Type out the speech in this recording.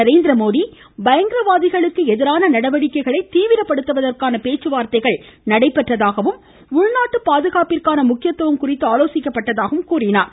நரேந்திரமோடி பயங்கரவாதிகளுக்கு எதிரான நடவடிக்கைகளை தீவிரப்படுத்துவதற்கான பேச்சுவார்தைகள் நடைபெற்றதாகவும் உள்நாட்டு பாதுகாப்பிற்கான முக்கியத்துவம் குறித்து ஆலோசிக்கப்பட்டதாகவும் கூறினார்